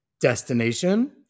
destination